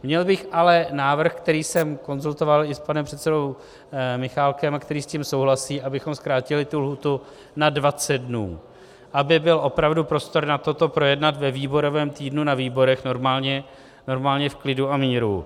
Měl bych ale návrh, který jsem konzultoval i s panem předsedou Michálkem, který s tím souhlasí, abychom zkrátili tu lhůtu na 20 dnů, aby byl opravdu prostor na to projednat to ve výborovém týdnu na výborech normálně, v klidu a míru.